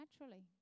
naturally